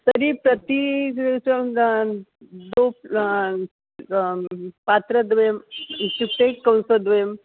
तर्हि प्रतिदिवसं दानं द्वौ पात्रद्वयं इत्युक्ते कंसद्वयं